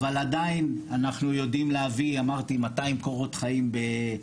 אבל עדיין אנחנו יודעים להביא אמרתי 200 קורות חיים ביום.